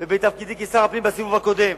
ובתפקידי כשר הפנים בסיבוב הקודם,